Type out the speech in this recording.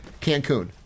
Cancun